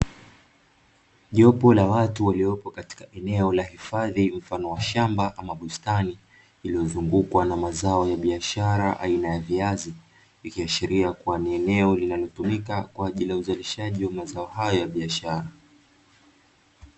Jopu la watu waliopo katika eneo la hifadhi mfano wa shamba ama bustani, iliyozungukwa na mazao ya biashara aina ya viazi ikiashiria kwamba eneo hilo linatumika kwa ajili ya mazao hayo ya biashara.